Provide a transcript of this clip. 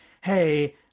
hey